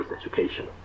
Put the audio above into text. education